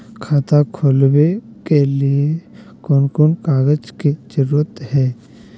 खाता खोलवे के लिए कौन कौन कागज के जरूरत है?